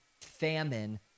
famine